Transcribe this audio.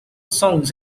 songs